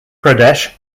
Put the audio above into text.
pradesh